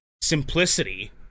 Simplicity